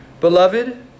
Beloved